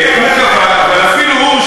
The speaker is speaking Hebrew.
ואפילו הוא,